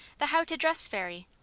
the how-to-dress fairy,